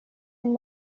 and